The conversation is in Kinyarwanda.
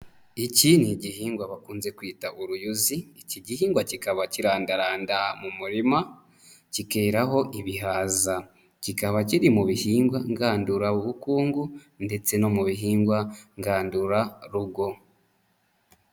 Iki ni igihingwa bakunze kwita uruyuzi. Iki gihingwa kikaba kirandaranda mu murima kikeraho ibihaza. Kikaba kiri mu bihingwa ngandurabukungu ndetse no mu bihingwa ngandurarugo.